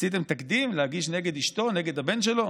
עשיתם תקדים, להגיש נגד אשתו, נגד הבן שלו?